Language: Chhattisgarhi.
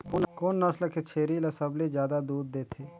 कोन नस्ल के छेरी ल सबले ज्यादा दूध देथे?